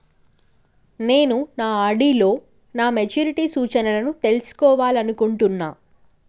నేను నా ఆర్.డి లో నా మెచ్యూరిటీ సూచనలను తెలుసుకోవాలనుకుంటున్నా